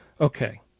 Okay